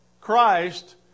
Christ